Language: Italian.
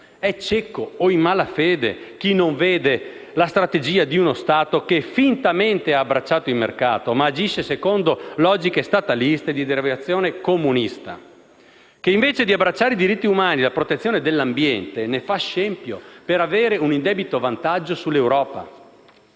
È cieco o in malafede chi non vede la strategia di uno Stato che fintamente ha abbracciato il mercato, ma agisce secondo logiche stataliste di derivazione comunista, uno Stato che, invece di abbracciare i diritti umani e la protezione dell'ambiente, ne fa scempio, per avere un indebito vantaggio sull'Europa.